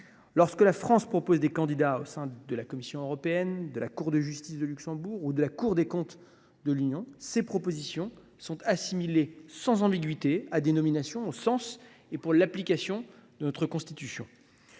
Lorsque la France propose des candidats au sein de la Commission européenne, de la Cour de justice de Luxembourg ou de la Cour des comptes européenne, ces propositions sont assimilées, sans ambiguïté, à des nominations au sens et pour l’application de notre Constitution.